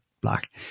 black